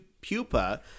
pupa